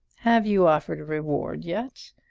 have you offered a reward yet?